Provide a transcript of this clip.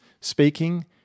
speaking